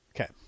Okay